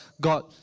God